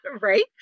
Right